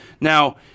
Now